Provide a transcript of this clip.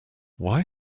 why